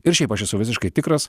ir šiaip aš esu visiškai tikras